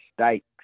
Stakes